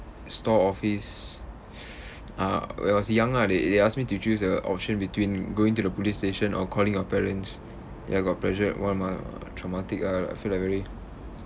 store office uh when I was young ah they they ask me to choose uh option between going to the police station or calling your parents ya got pressured [one] mah traumatic ah I feel like very